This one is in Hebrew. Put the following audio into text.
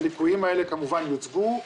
הליקויים האלה כמובן יוצגו,